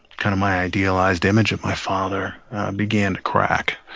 kind of my idealized image of my father began to crack.